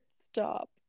Stop